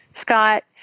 Scott